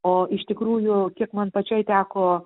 o iš tikrųjų kiek man pačiai teko